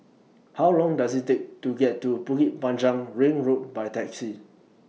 How Long Does IT Take to get to Bukit Panjang Ring Road By Taxi